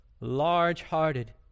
large-hearted